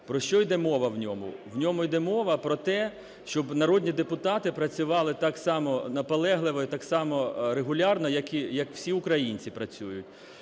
Про що йде мова в ньому? В ньому йде мова про те, щоб народні депутати працювали так само наполегливо і так само регулярно, як і всі українці працюють.